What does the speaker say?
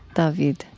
david,